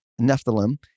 Nephilim